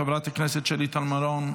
חברת הכנסת שלי טל מירון,